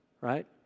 right